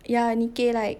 yeah 你给 like